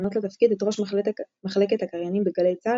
למנות לתפקיד את ראש מחלקת הקריינים בגלי צה"ל,